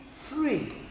free